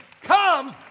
comes